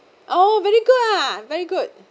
oh very good ah very good